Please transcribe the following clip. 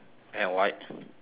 and white